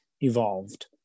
evolved